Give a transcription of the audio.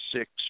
six